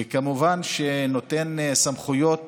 וכמובן שנותן סמכויות